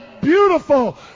beautiful